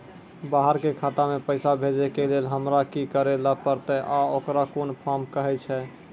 बाहर के खाता मे पैसा भेजै के लेल हमरा की करै ला परतै आ ओकरा कुन फॉर्म कहैय छै?